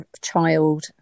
child